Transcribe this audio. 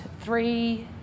three